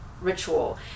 ritual